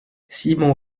simon